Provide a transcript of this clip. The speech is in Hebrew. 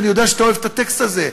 אני יודע שאתה אוהב את הטקסט הזה.